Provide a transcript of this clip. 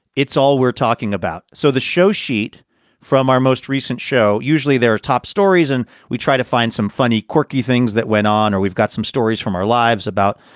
it's all we're talking about. so the show sheet from our most recent show, usually there top stories and we try to find some funny, quirky things that went on or we've got some stories from our lives about.